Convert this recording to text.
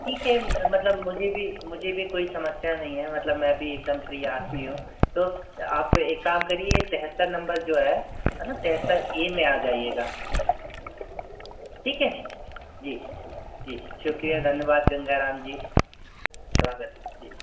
ठीक है मतलब मुझे भी मुझे भी कोई समस्या नहीं है मतलब मैं भी एक दम फ्री आदमी हूँ तो आप एक काम करिए तिहत्तर नंबर जो है है ना तिहत्तर ए में आ जाइएगा ठीक है जी जी शुक्रिया धन्यवाद गंगा राम जी स्वागत जी